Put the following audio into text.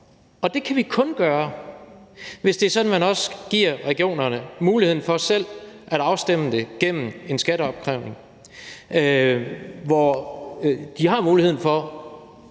Og det kan vi kun gøre, hvis det er sådan, at man også giver regionerne muligheden for selv at afstemme det gennem en skatteopkrævning, hvor de har muligheden for